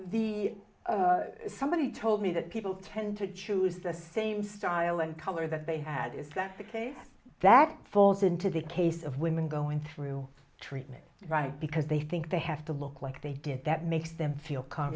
the somebody told me that people tend to choose the same style and color that they had is classically that falls into the case of women going through treatment right because they think they have to look like they did that makes them feel c